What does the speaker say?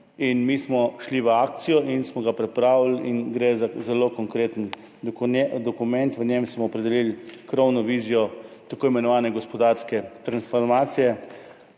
Mi smo šli v akcijo in smo ga pripravili in gre za zelo konkreten dokument. V njem smo opredelili krovno vizijo tako imenovane gospodarske transformacije.